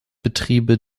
betriebe